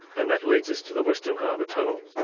and that leads us to the western harbour tunnel.